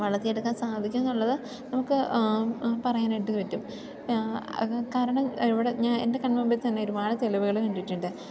വളർത്തിയെടുക്കാൻ സാധിക്കുന്നു എന്നുള്ളത് നമുക്ക് പറയാനായിട്ട് പറ്റും അതു കാരണം ഇവിടെ ഞാൻ എൻ്റെ കൺമുൻപിൽ തന്നെ ഒരുപാട് തെളിവുകൾ കണ്ടിട്ടുണ്ട്